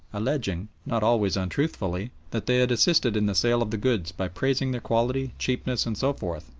alleging, not always untruthfully, that they had assisted in the sale of the goods by praising their quality, cheapness, and so forth,